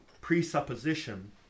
presupposition